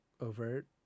overt